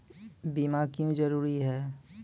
बीमा क्यों जरूरी हैं?